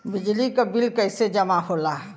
बिजली के बिल कैसे जमा होला?